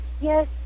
Yes